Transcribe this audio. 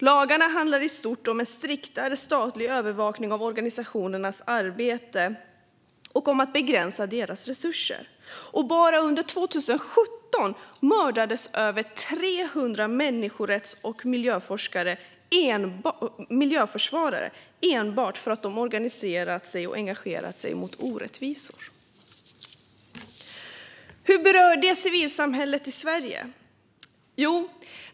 Lagarna handlar i stort om en striktare statlig övervakning av organisationernas arbete och om att begränsa deras resurser. Och bara under 2017 mördades över 300 människorätts och miljöförsvarare enbart för att de organiserat och engagerat sig mot orättvisor. Hur berör detta civilsamhället i Sverige?